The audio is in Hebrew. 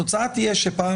התוצאה תהיה שפעם